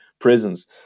Prisons